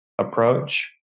approach